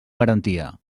garantia